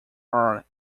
are